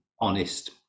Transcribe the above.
honest